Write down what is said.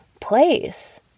place